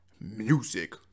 Music